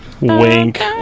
Wink